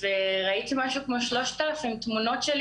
וראיתי משהו כמו 3,000 תמונות שלי